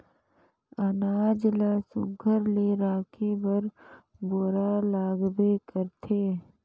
अनाज ल सुग्घर ले राखे बर बोरा लागबे करथे